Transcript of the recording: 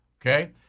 Okay